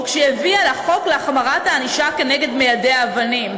או כשהיא הביאה חוק להחמרת הענישה כנגד מיידי האבנים,